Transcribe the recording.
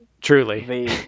Truly